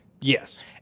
Yes